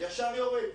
ישר יורד.